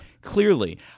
Clearly